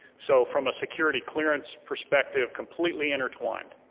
so from a security clearance perspective, completely intertwined.